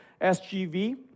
SGV